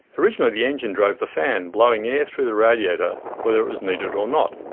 originally, the engine drove the fan, blowing air through the radiator whether it was needed or not.